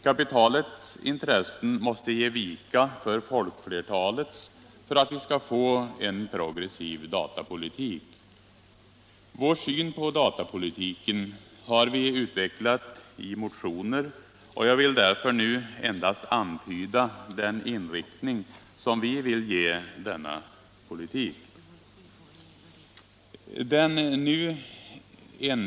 Kapitalets intressen måste ge vika för folkflertalets för att vi skall få en progressiv datapolitik. Vår syn på datapolitiken har vi utvecklat i motioner, och jag vill därför nu endast antyda den inriktning som vi vill ge denna politik.